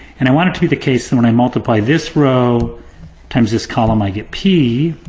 and i want it to be the case so when i multiply this row times this column i get p.